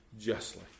justly